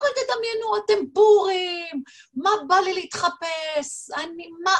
אל תדמיינו, אתם בורים! מה בא לי להתחפש? אני, מה...